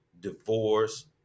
divorce